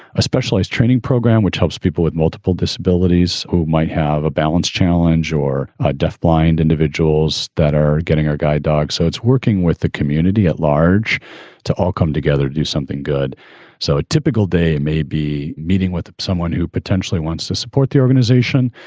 a specialized training program which helps people with multiple disabilities who might have a balanced challenge or a deaf blind individuals that are getting our guide dog. so it's working with the community at large to all come together, do something good so a typical day may be meeting with someone who potentially wants to support the organization,